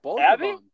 Abby